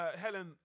Helen